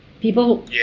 People